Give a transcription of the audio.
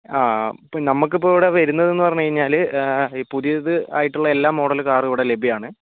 ഇപ്പോൾ നമ്മൾക്കിപ്പോൾ ഇവിടെ വരുന്നതെന്ന് പറഞ്ഞു കഴിഞ്ഞാൽ ഈ പുതിയത് ആയിട്ടുള്ള എല്ലാ മോഡല് കാറുകളും ഇവിടെ ലഭ്യമാണ്